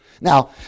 Now